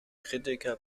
kritiker